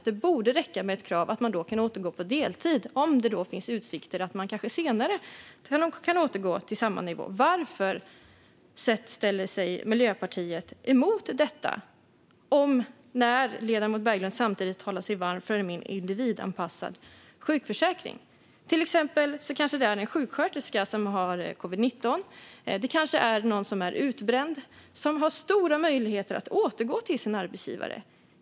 Det borde räcka med ett krav att man kan återgå på deltid om det finns utsikter att man kanske senare kan återgå till samma nivå. Varför sätter sig Miljöpartiet emot detta när ledamot Berglund samtidigt talar sig varm för mer individanpassad sjukförsäkring? Det kan till exempel vara en sjuksköterska som har covid-19. Det kanske är någon som är utbränd och som har stora möjligheter att återgå till sin arbetsgivare.